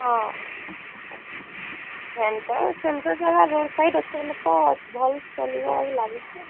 ହଁ ହେମତା ସେଣ୍ଟର୍ ଜାଗା ରୋଡ଼୍ ସାଇଡ଼୍ ଅଛି ବୋଲେ ତ ଭଲ୍ ଚାଲିବ ଲାଗୁଛି